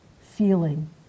feeling